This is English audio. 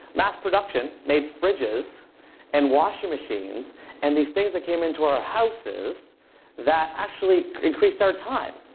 mass production made fridges and washing machines and these things that came into our houses that actually increased our time.